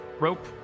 rope